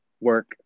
work